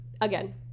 again